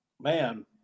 Man